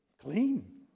clean